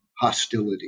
hostility